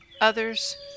others